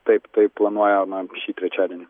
taip tai planuojama šį trečiadienį